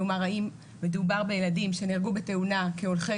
כלומר האם מדובר בילדים שנהרגו בתאונה כהולכי